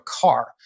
car